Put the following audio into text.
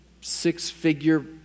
six-figure